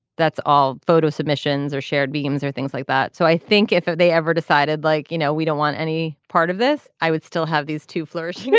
that's all photo submissions are shared beams or things like that. so i think if they ever decided like you know we don't want any part of this i would still have these to flourish